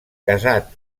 casat